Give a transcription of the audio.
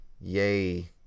Yay